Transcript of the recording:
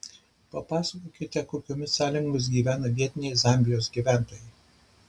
papasakokite kokiomis sąlygomis gyvena vietiniai zambijos gyventojai